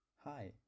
Hi